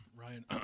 Ryan